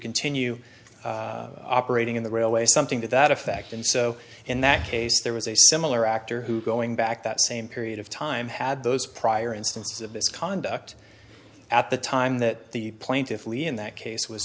continue operating in the railway something to that effect and so in that case there was a similar actor who going back that same period of time had those prior instances of this conduct at the time that the plane to flee in that case was